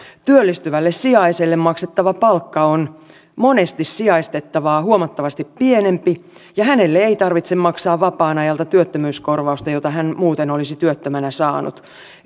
työllistyvälle sijaiselle maksettava palkka on monesti sijaistettavaa huomattavasti pienempi ja hänelle ei tarvitse maksaa vapaan ajalta työttömyyskorvausta jota hän muuten olisi työttömänä saanut